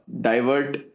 divert